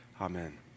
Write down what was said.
amen